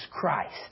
Christ